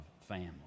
family